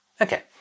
Okay